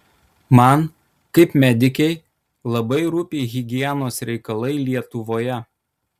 man kaip medikei labai rūpi higienos reikalai lietuvoje